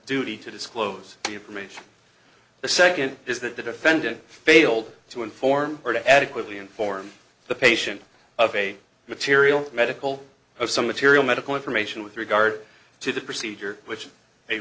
duty to disclose the information the second is that the defendant failed to inform or to adequately inform the patient of a material medical of some material medical information with regard to the procedure which